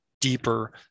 deeper